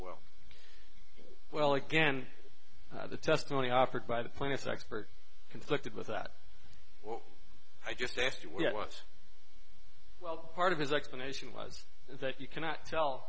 well well again the testimony offered by the plaintiff's expert conflicted with that well i just asked you was well part of his explanation was that you cannot tell